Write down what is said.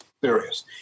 serious